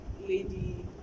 Lady